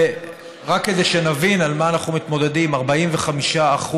רק כדי שנבין עם מה אנחנו מתמודדים: 45%